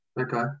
Okay